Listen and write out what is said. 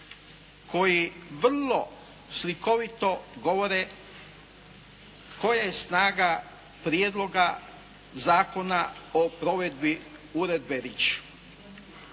koji vrlo slikovito govore koja je snaga Prijedloga zakona o provedbi Uredbe